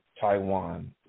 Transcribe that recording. Taiwan